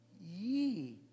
ye